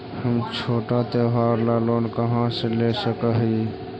हम छोटा त्योहार ला लोन कहाँ से ले सक ही?